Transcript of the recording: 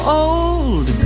old